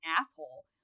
asshole